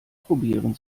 probieren